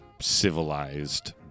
civilized